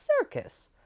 circus